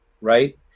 right